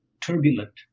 turbulent